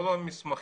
כל המסמכים,